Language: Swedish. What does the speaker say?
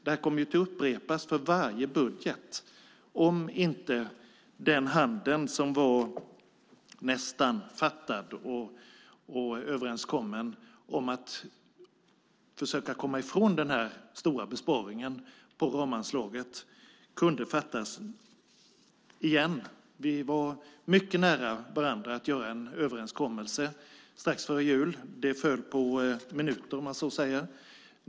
Det här kommer att upprepas inför varje budget, om inte den hand som var nästan fattad i en överenskommelse om att försöka komma ifrån den stora besparingen på ramanslaget kan fattas igen. Vi var mycket nära att göra en överenskommelse strax före jul. Det föll på minuter, om man så säger.